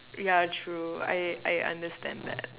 yeah true I I understand that